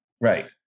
Right